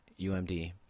UMD